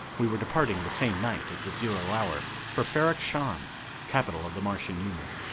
we were departing the same night at the zero hour for ferrok-shahn, capital of the martian union.